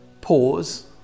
pause